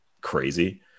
crazy